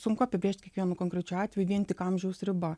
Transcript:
sunku apibrėžt kiekvienu konkrečiu atveju vien tik amžiaus riba